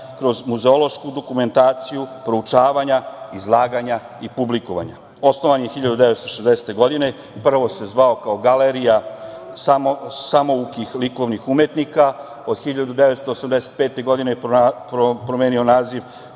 kroz muzeološku dokumentaciju, proučavanja, izlaganja i publikovanja. Osnovan je 1960. godine. Prvo se zvao Galerija samoukih likovnih umetnika, a od 1985. godine promenio je naziv